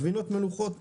גבינות מלוחות גד,